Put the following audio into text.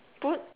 put